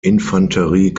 infanterie